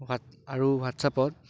what আৰু হোৱাটছআপত